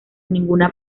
ninguna